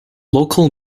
local